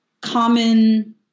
common